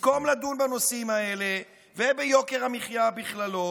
במקום לדון בנושאים האלה וביוקר המחיה בכללו,